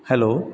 hello